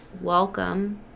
welcome